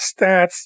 stats